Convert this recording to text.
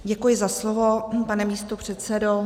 Děkuji za slovo, pane místopředsedo.